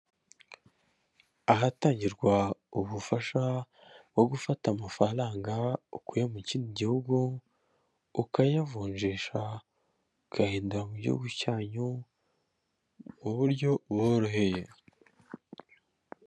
Ahatangirwa ubufasha bwo gufata amafaranga ukuye mu kindi gihugu ukayavunjisha, ukayahindura mu gihugu cyanyu mu buryo buboroheye.